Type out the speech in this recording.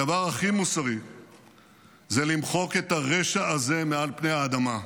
הדבר הכי מוסרי זה למחוק את הרשע הזה מעל פני האדמה.